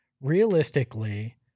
realistically